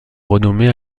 renommée